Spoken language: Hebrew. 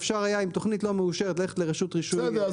אפשר היה עם תוכנית לא מאושרת ללכת לרשות רישוי --- בסדר,